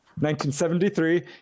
1973